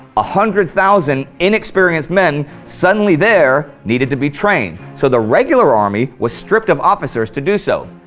ah hundred thousand inexperienced men suddenly there needed to be trained, so the regular army was stripped of officers to do so.